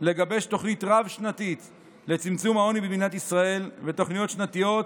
לגבש תוכנית רב-שנתית לצמצום העוני במדינת ישראל ותוכניות שנתיות,